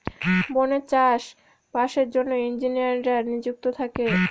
বনে চাষ বাসের জন্য ইঞ্জিনিয়াররা নিযুক্ত থাকে